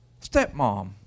stepmom